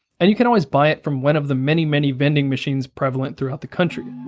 and you can always buy it from one of the many many vending machines prevalent throughout the country.